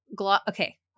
okay